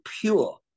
pure